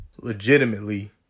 legitimately